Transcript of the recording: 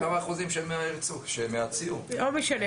לא משנה.